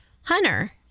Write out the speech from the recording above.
hunter